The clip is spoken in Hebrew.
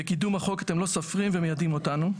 בקידום החוק אתם לא סופרים ומיידעים אותנו,